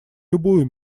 любую